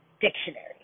Dictionary